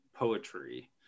poetry